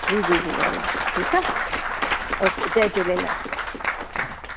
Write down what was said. जी जी जी हलो ठीकु आहे ओके जय झूलेलाल